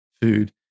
food